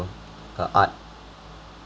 her art